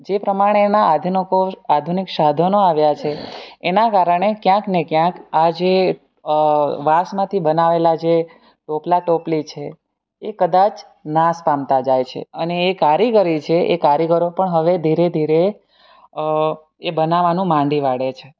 જે પ્રમાણેનાં આધનકો આધુનિક સાધનો આવ્યાં છે એનાં કારણે ક્યાંક ને ક્યાંક આજે વાંસમાંથી બનાવેલાં જે ટોપલા ટોપલી છે એ કદાચ નાશ પામતાં જાય છે અને એ કારીગરી છે એ કારીગરો પણ હવે ધીરે ધીરે એ બનાવવાનું માંડી વાળે છે